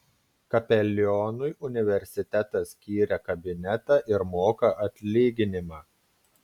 kapelionui universitetas skyrė kabinetą ir moka atlyginimą